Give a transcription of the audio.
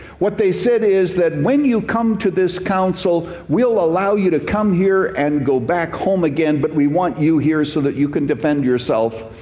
what they said is that when you come to this council we'll allow you to come here and go back home again, but we want you here so that you can defend yourself.